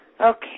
Okay